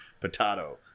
potato